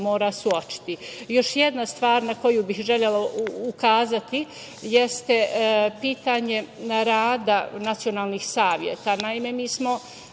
mora suočiti. Još jedna stvar na koju bih želela ukazati jeste pitanje rada nacionalnih saveta.